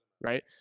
Right